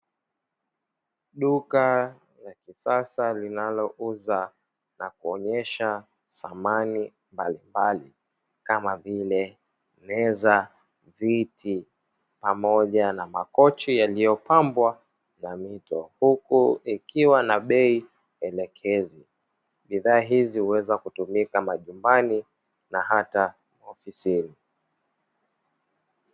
Duka la kisasa linalouza na kuonyesha samani mbalimbali kama vile meza, viti pamoja na makochi yaliopambwa na mito, huku ikiwa na bei elekezi, bidhaa hizi huweza kutumika majumbani na hata maofisini.